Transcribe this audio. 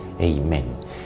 Amen